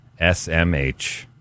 SMH